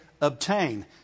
obtain